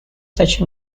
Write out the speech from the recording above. such